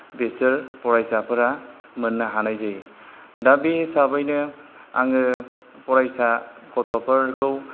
बेसोर फरायसाफोरा मोननो हानाय जायो दा बे हिसाबैनो आङो फरायसा गथ'फोरखौ